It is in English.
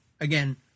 again